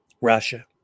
Russia